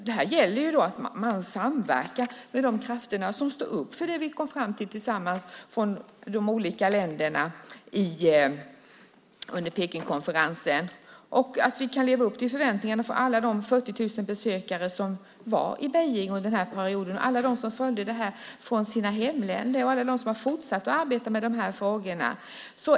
Det gäller då att vi samverkar med de krafter som står upp för det som vi kom fram till tillsammans med de olika länderna under Pekingkonferensen och att vi kan leva upp till förväntningarna från alla de 40 000 besökare som var i Peking under denna period, från alla som följde detta från sina hemländer och från alla som har fortsatt att arbeta med dessa frågor.